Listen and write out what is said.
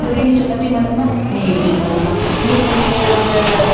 ಬರೀ ನೀ ಚಪಾತಿ ಮಾಡಮ್ಮ ನೀ ಇಡ್ಲಿ ಮಾಡಮ್ಮ ನೀನು ಬರೀ ಒಂದು